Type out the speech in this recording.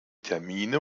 termine